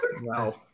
Wow